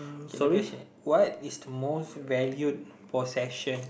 K the question what is the most valued possession